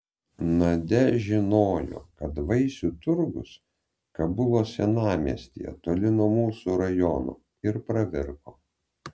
nadia žinojo kad vaisių turgus kabulo senamiestyje toli nuo mūsų rajono ir pravirko